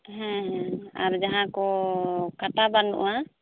ᱦᱮᱸ ᱦᱮᱸ ᱟᱨ ᱡᱟᱦᱟᱸ ᱠᱚ ᱠᱟᱴᱟ ᱵᱟᱹᱱᱩᱜᱼᱟ